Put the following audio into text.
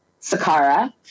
Sakara